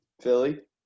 Philly